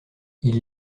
ils